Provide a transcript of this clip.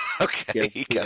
okay